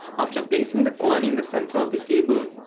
after placing the coin in the center of the table,